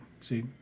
see